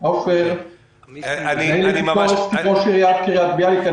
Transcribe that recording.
אני ראש עיריית קריית ביאליק.